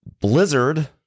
blizzard